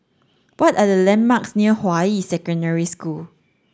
what are the landmarks near Hua Yi Secondary School